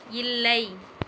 இல்லை